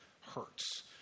hurts